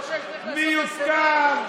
מיותר,